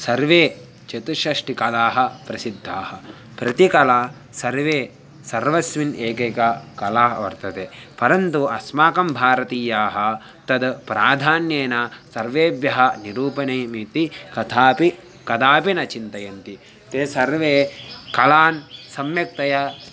सर्वाः चतुष्षष्टिकलाः प्रसिद्धाः प्रतिकला सर्वा सर्वस्याम् एकैका कला वर्तते परन्तु अस्माकं भारतीयाः तद् प्राधान्येन सर्वेभ्यः निरूपणीयम् इति कथापि कदापि न चिन्तयन्ति ताः सर्वाः कलाः सम्यक्तया